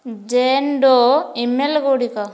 ଜେନ୍ Doe email ଗୁଡ଼ିକ